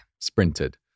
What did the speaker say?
Sprinted